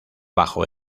bajo